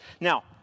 Now